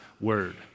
word